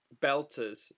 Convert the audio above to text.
belters